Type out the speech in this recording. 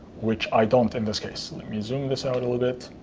which i don't, in this case. let me zoom this out a little bit.